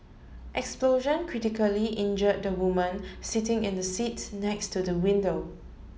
explosion critically injured woman sitting in the seat next to the window